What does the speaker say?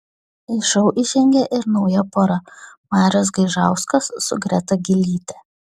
į šou įžengė ir nauja pora marius gaižauskas su greta gylyte